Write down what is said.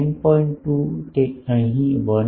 2 અહીં 1